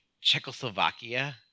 czechoslovakia